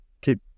keep